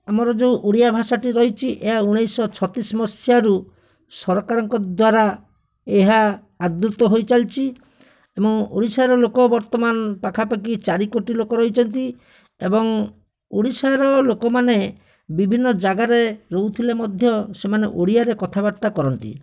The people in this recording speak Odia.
ଆମର ଯେଉଁ ଓଡ଼ିଆ ଭାଷାଟି ରହିଛି ଏହା ଉଣେଇଶଶହ ଛତିଶ ମସିହାରୁ ସରକାରଙ୍କ ଦ୍ଵାରା ଏହା ଆଦୃତ ହୋଇଚାଲିଛି ଏବଂ ଓଡ଼ିଶାର ଲୋକ ବର୍ତ୍ତମାନ ପାଖାପାଖି ଚାରି କୋଟି ଲୋକ ରହିଛନ୍ତି ଏବଂ ଓଡ଼ିଶାର ଲୋକମାନେ ବିଭିନ୍ନ ଜାଗାରେ ରହୁଥିଲେ ମଧ୍ୟ ସେମାନେ ଓଡ଼ିଆରେ କଥାବାର୍ତ୍ତା କରନ୍ତି